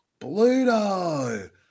Bluto